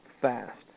fast